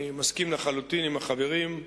אני מסכים לחלוטין עם החברים.